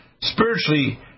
spiritually